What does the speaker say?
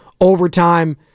Overtime